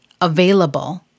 available